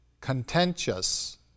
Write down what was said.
contentious